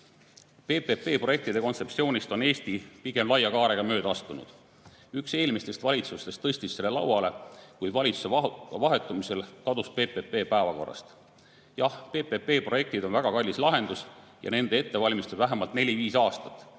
majandust? PPP‑projektide kontseptsioonist on Eesti pigem laia kaarega mööda astunud. Üks eelmistest valitsustest tõstis selle lauale, kuid valitsuse vahetumisel kadus PPP päevakorrast. Jah, PPP‑projektid on väga kallis lahendus ja nende ettevalmistus võtab vähemalt neli-viis aastat,